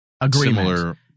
agreement